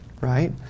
right